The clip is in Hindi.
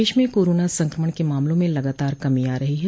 प्रदेश में कोरोना संक्रमण के मामलों में लगातार कमी आ रही है